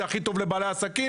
זה הכי טוב לבעלי העסקים.